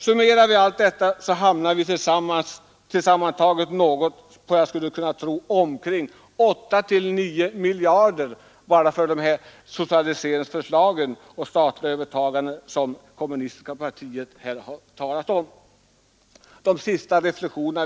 Summerar vi dessa siffror hamnar vi på 8 å 9 miljarder som det alltså skulle kosta att genomföra de socialiseringsförslag — förslag till förstatliganden — som kommunistiska partiet fram fört. En sista reflexion.